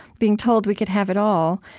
being told we could have it all,